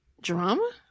drama